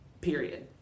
period